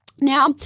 Now